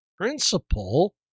principle